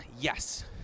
Yes